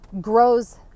grows